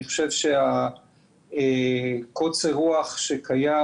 אני חושב שקוצר הרוח שקיים,